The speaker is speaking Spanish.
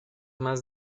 más